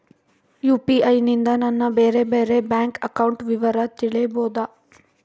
UPI ನಿಂದ ನನ್ನ ಬೇರೆ ಬೇರೆ ಬ್ಯಾಂಕ್ ಅಕೌಂಟ್ ವಿವರ ತಿಳೇಬೋದ?